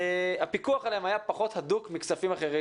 הפיקוח עליהם היה פחות הדוק מכספים אחרים.